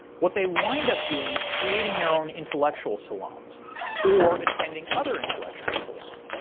what they wind up doing is creating their own intellectual salons or attending other intellectual salons,